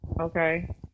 Okay